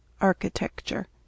Architecture